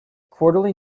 quarterly